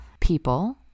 people